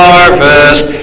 Harvest